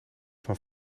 van